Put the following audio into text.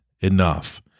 enough